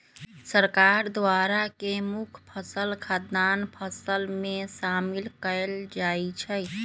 सरकार द्वारा के मुख्य मुख्य खाद्यान्न फसल में शामिल कएल जाइ छइ